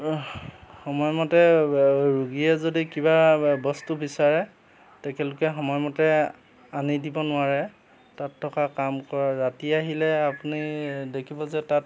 সময়মতে ৰোগীয়ে যদি কিবা বস্তু বিচাৰে তেখেতলোকে সময়মতে আনি দিব নোৱাৰে তাত থকা কাম কৰে ৰাতি আহিলে আপুনি দেখিব যে তাত